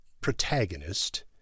protagonist